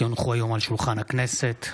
כי הונחו היום על שולחן הכנסת,